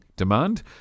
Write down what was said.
demand